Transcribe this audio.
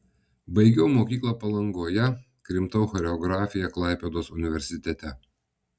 baigiau mokyklą palangoje krimtau choreografiją klaipėdos universitete